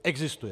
Existuje.